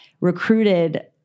recruited